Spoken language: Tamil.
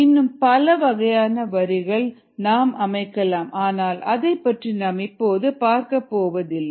இன்னும் பல வகையான வரிகள் நாம் அமைக்கலாம் ஆனால் அதைப்பற்றி நாம் இப்போது பார்க்கப்போவதில்லை